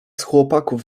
chłopaków